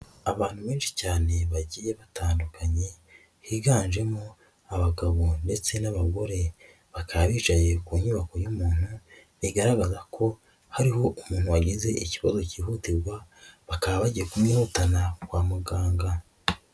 Abantu benshi cyane bagiye batandukanye higanjemo abagabo ndetse n'abagore, bakaba bicaye ku nyubako y'umuntu, bigaragaza ko hariho umuntu wagize ikibazo cyihutirwa, bakaba bagiye kumwihutana kwa muganga.